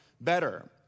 better